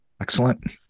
Excellent